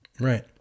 Right